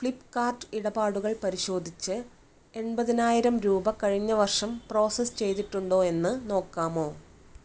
ഫ്ലിപ്പ്കാർട്ട് ഇടപാടുകൾ പരിശോധിച്ച് എൺപതിനായിരം രൂപ കഴിഞ്ഞവർഷം പ്രോസസ്സ് ചെയ്തിട്ടുണ്ടോ എന്ന് നോക്കാമോ